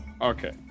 Okay